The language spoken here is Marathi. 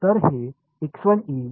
तर हे ठीक आहे